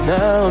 Now